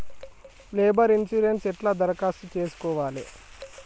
Labour insurance ఎట్ల దరఖాస్తు చేసుకోవాలే?